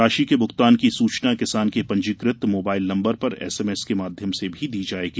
राशि के भुगतान की सूचना किसान के पंजीकृत मोबाइल नम्बर पर एसएमएस के माध्यम से दी जायेगी